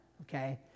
okay